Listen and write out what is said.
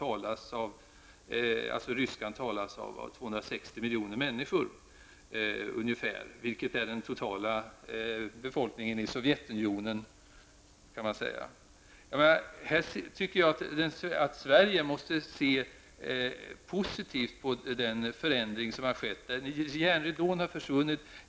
Ryska talas av ungefär 260 miljoner människor, vilket är den totala befolkningen i Sovjet, kan man säga. Sverige måste se positivt på den förändring som har skett. Järnridån har försvunnit.